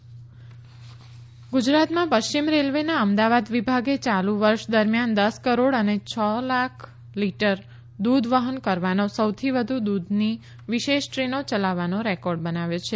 ગુજરાત પશ્ચિમ રેલ્વે ગુજરાતમાં પશ્ચિમ રેલ્વેના અમદાવાદ વિભાગે યાલુ વર્ષ દરમિયાન દસ કરોડ અને છ લાખ લિટર દૂધ વફન કરવાનો અને સૌથી વધુ દૂધની વિશેષ દ્રેનો ચલાવવાનો રેકોર્ડ બનાવ્યો છે